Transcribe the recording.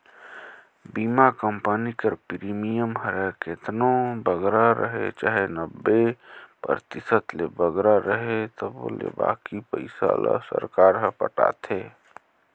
बीमा कंपनी कर प्रीमियम हर केतनो बगरा रहें चाहे नब्बे परतिसत ले बगरा रहे तबो ले बाकी पइसा ल सरकार हर पटाथे